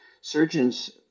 surgeons